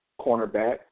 cornerback